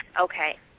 okay